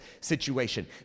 situation